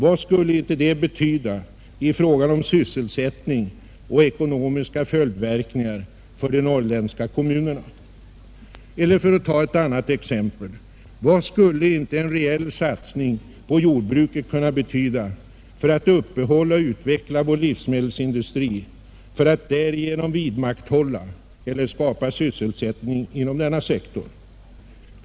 Vad skulle inte det betyda i fråga om sysselsättning och ekonomiska följdverkningar för de norrländska kommunerna? Eller för att ta ett annat exempel: Vad skulle inte en reell satsning på jordbruket kunna betyda för att uppehålla och utveckla vår livsmedelsindustri, för att därigenom vidmakthålla eller skapa sysselsättning inom denna sektor?